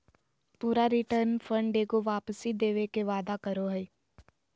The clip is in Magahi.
पूरा रिटर्न फंड एगो वापसी देवे के वादा करो हइ